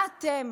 מה אתם